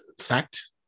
fact